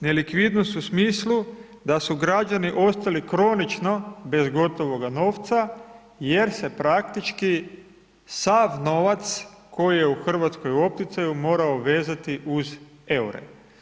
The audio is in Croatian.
Nelikvidnost u smislu, da su građani ostali kronično bez gotovoga novca, jer se praktički sav novac koji je u Hrvatskoj u opticaju morao vezati uz eure.